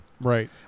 Right